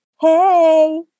hey